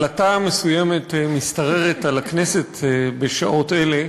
עלטה מסוימת משתררת על הכנסת בשעות אלה,